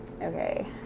okay